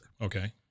Okay